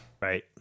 Right